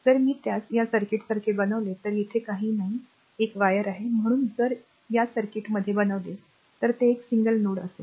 जर मी त्यास या सर्किटसारखे बनविले तर येथे काहीही नाही तर एक वायर आहे म्हणून जर या सर्किटसारखे बनवले तर ते एक सिंगल नोड असेल